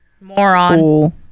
moron